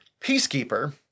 Peacekeeper